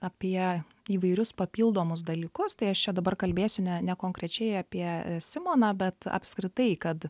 apie įvairius papildomus dalykus tai aš čia dabar kalbėsiu ne ne konkrečiai apie simoną bet apskritai kad